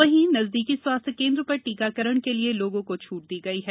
वहीं नजदीकी स्वास्थ्य केन्द्र पर टीकाकरण के लिए लोगों को छूट दी गई है